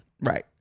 Right